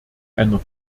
einer